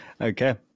Okay